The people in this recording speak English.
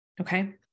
Okay